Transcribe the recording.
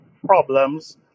problems